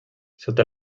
sota